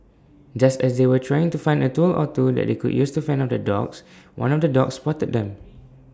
just as they were trying to find A tool or two that they could use to fend off the dogs one of the dogs spotted them